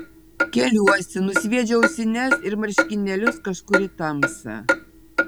keliuosi nusviedžiu ausines ir marškinėlius kažkur į tamsą